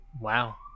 wow